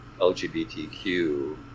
LGBTQ